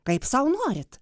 kaip sau norit